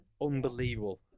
unbelievable